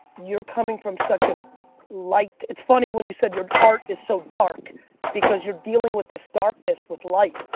you're coming from such a light. it's funny when you said your art is so dark because you're dealing with this darkness with light,